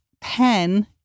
pen